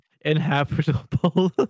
inhabitable